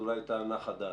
אולי היה נחה דעתי.